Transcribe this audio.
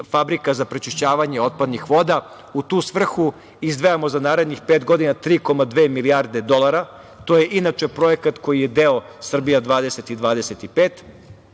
fabrika za prečišćavanje otpadnih voda. U tu svrhu izdvajamo za narednih pet godina 3,2 milijarde dolara. To je inače projekat koji je deo „Srbija 2025.“